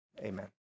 Amen